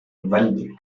vals